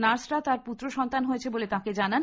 নার্সরা তার পুত্র সন্তান হয়েছে বলে তাঁকে জানান